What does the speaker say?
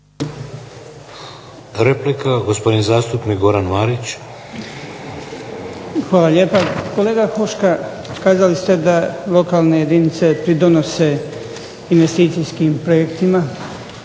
Replika, gospodin zastupnik Goran Marić. **Marić, Goran (HDZ)** Hvala lijepa. Kolega Huška, kazali ste da lokalne jedinice pridonose investicijskim projektima